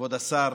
כבוד השר,